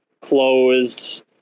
closed